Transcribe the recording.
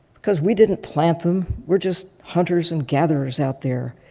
because we didn't plant them. we're just hunters and gatherers out there,